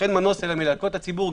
אין מנוס אלא מלהלקות את הציבור,